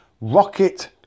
rocket